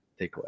takeaway